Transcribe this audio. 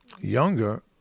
younger